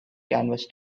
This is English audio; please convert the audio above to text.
canvas